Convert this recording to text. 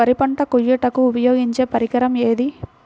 వరి పంట కోయుటకు ఉపయోగించే పరికరం ఏది?